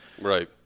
Right